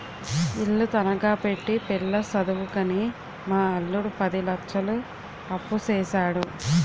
ఇల్లు తనఖా పెట్టి పిల్ల సదువుకని మా అల్లుడు పది లచ్చలు అప్పుసేసాడు